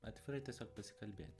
atvirai tiesiog pasikalbėti